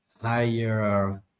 higher